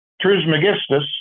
Trismegistus